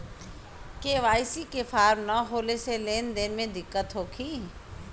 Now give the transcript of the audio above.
KYC के form न होले से लेन देन में दिक्कत होखी?